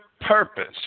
purpose